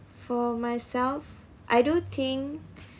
for myself I do think